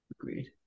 agreed